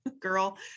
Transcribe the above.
girl